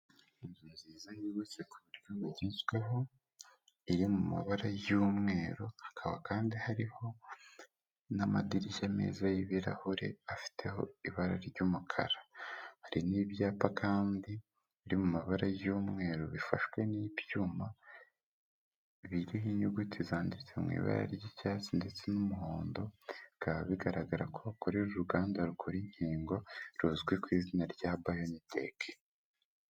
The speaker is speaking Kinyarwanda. Inzu ziza yubatse k,uburyo bugezweho iri mu mabara y'umweru hakaba kandi hariho n'amadirishya meza y'ibirahure afiteho ibara ry'umukara hari n'ibyapa kandi biri mu mabara y'umweru bifashwe n'ibyuma biriho inyuguti zanditse mw,ibara ry'icyatsi ndetse n'umuhondo bikaba bigaragara ko bakorera uruganda rukora inkingo ruzwi ku izina rya biyonitake.